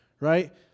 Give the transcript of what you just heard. Right